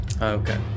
Okay